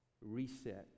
reset